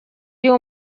iyo